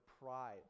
pride